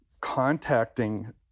contacting